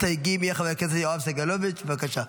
המסתייגים יהיה חבר הכנסת יואב סגלוביץ', בבקשה.